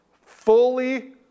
fully